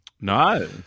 No